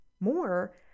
More